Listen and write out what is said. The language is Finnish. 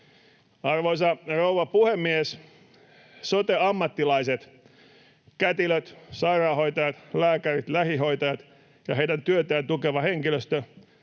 Arvoisa rouva puhemies! Sote-ammattilaiset — kätilöt, sairaanhoitajat, lääkärit, lähihoitajat ja heidän työtään tukeva henkilöstö